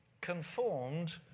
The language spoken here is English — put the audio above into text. conformed